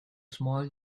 small